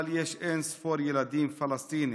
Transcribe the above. אבל יש אין-ספור ילדים פלסטינים,